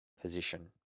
Position